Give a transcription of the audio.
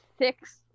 six